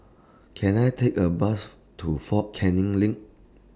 Can I Take A Bus to Fort Canning LINK